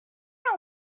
know